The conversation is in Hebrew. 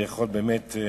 באמת,